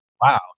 wow